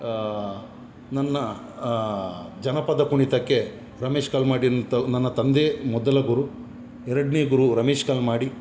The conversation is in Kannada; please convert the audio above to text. ನನ್ನ ಜನಪದ ಕುಣಿತಕ್ಕೆ ರಮೇಶ್ ಕಲ್ಮಾಡಿ ಅಂತ ನನ್ನ ತಂದೆ ಮೊದಲ ಗುರು ಎರಡನೆ ಗುರು ರಮೇಶ್ ಕಲ್ಮಾಡಿ